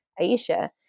Aisha